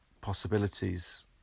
possibilities